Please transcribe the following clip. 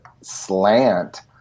slant